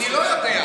אני לא יודע.